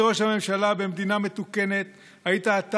אדוני ראש הממשלה, במדינה מתוקנת הייתם אתה